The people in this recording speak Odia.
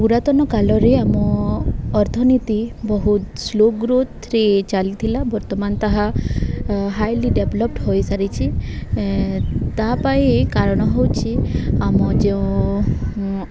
ପୁରାତନ କାଲରେ ଆମ ଅର୍ଥନୀତି ବହୁତ ସ୍ଲୋ ଗ୍ରୋଥରେ ଚାଲିଥିଲା ବର୍ତ୍ତମାନ ତାହା ହାଇଲି ଡେଭଲପ୍ଡ଼ ହୋଇସାରିଛି ତା ପାଇଁ କାରଣ ହଉଛି ଆମ ଯେଉଁ